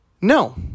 no